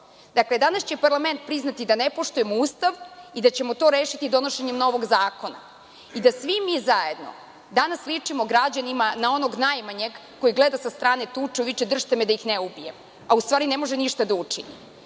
Dakle, danas će parlament priznati da ne poštujemo Ustav i da ćemo to rešiti donošenjem novog zakona, i da svi mi zajedno danas ličimo građanima na onog najmanjeg koji gleda sa strane tuču i viče „drž'te me da ih ne ubijem“, a u stvari ne može ništa da učini. Zato